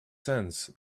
sense